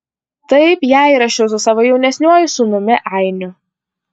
taip ją įrašiau su savo jaunesniuoju sūnumi ainiu